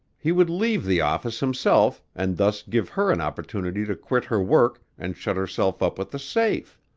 he would leave the office himself and thus give her an opportunity to quit her work and shut herself up with the safe.